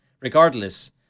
regardless